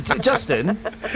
Justin